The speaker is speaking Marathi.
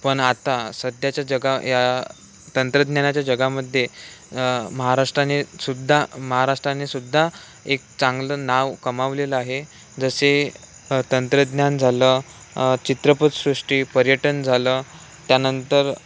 पण आता सध्याच्या जगा या तंत्रज्ञानाच्या जगामध्ये महाराष्ट्राने सुद्धा महाराष्ट्राने सुद्धा एक चांगलं नाव कमावलेलं आहे जसे तंत्रज्ञान झालं चित्रपटसृष्टी पर्यटन झालं त्यानंतर